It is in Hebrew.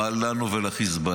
מה לנו ולחיזבאללה.